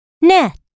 Net